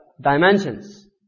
dimensions